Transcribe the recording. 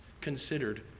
considered